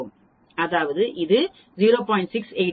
அதாவது இது 0